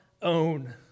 own